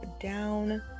down